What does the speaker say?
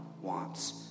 wants